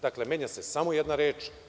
Dakle, menja se samo jedna reč.